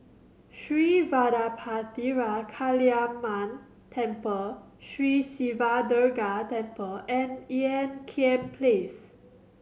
Sri Vadapathira Kaliamman Temple Sri Siva Durga Temple and Ean Kiam Place